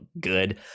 good